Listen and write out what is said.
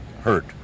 hurt